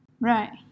Right